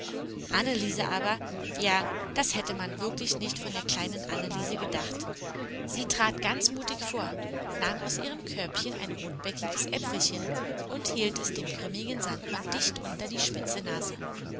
anneliese aber ja das hätte man wirklich nicht von der kleinen anneliese gedacht sie trat plötzlich ganz mutig vor nahm aus ihrem körbchen ein rotbäckiges äpfelchen und hielt es dem grimmigen sandmann dicht unter die spitze nase